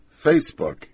Facebook